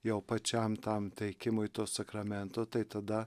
jau pačiam tam teikimui to sakramento tai tada